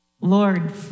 Lord